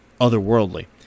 otherworldly